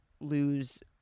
lose